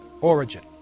origin